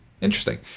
Interesting